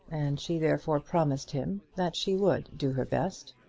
and she therefore promised him that she would do her best.